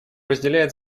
разделяет